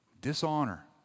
Dishonor